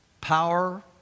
power